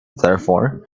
therefore